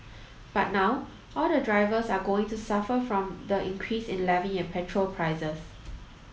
but now all the drivers are going to suffer from the increase in levy and petrol prices